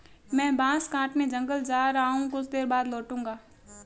मैं बांस काटने जंगल जा रहा हूं, कुछ देर बाद लौटूंगा